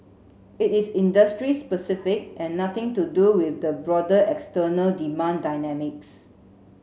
it is industry specific and nothing to do with the broader external demand dynamics